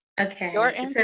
Okay